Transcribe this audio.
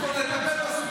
תראי מה אנחנו עושים.